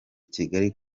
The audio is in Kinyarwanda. kigali